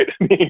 right